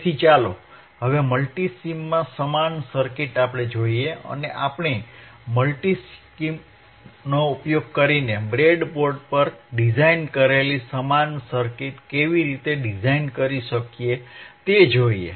તેથી ચાલો હવે મલ્ટિસિમમાં સમાન સર્કિટ જોઈએ અને આપણે મલ્ટિસિમનો ઉપયોગ કરીને બ્રેડબોર્ડ પર ડિઝાઇન કરેલી સમાન સર્કિટ કેવી રીતે ડિઝાઇન કરી શકીએ તે જોઇએ